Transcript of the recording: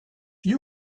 you